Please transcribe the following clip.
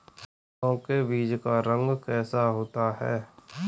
सरसों के बीज का रंग कैसा होता है?